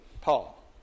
Paul